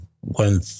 one